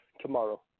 tomorrow